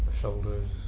shoulders